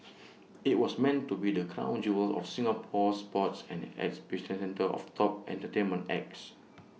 IT was meant to be the crown jewel of Singapore sports and the epicentre of top entertainment acts